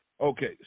Okay